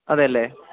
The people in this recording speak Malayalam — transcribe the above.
അതെയല്ലേ